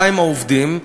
200 העובדים,